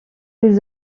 les